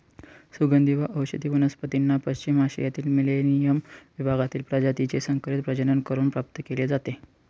सुगंधी व औषधी वनस्पतींना पश्चिम आशियातील मेलेनियम विभागातील प्रजातीचे संकरित प्रजनन करून प्राप्त केले जाते